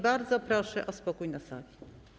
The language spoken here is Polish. Bardzo proszę o spokój na sali.